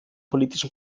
politischen